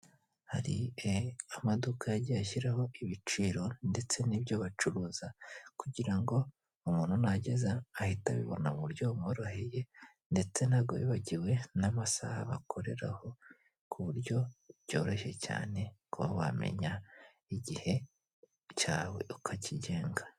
Hari amaduka yagiye ashyiraho ibiciro ndetse n'ibyo bacuruza kugira ngo umuntu najya aza ahita abibona mu buryo bumworoheye, ndetse ntabwo bibagiwe n'amasaha bakoreraho ku buryo byoroshye cyane kuba wamenya igihe cyawe ukakigenga.